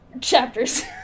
chapters